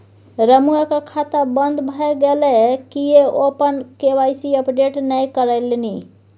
रमुआक खाता बन्द भए गेलै किएक ओ अपन के.वाई.सी अपडेट नहि करेलनि?